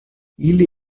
ili